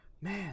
Man